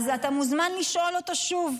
אז אתה מוזמן לשאול אותו שוב.